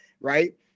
right